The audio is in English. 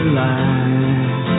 light